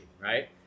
right